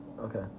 Okay